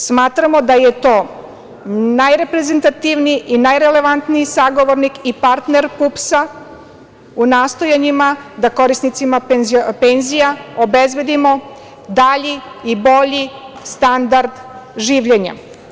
Smatramo da je to najreprezentativniji i najrelevantniji sagovornik i partner PUPS-a u nastojanjima da korisnicima penzija obezbedimo dalji i bolji standard življenja.